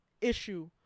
issue